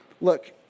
look